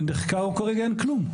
נחקר כרגע אין כלום.